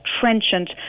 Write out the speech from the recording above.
trenchant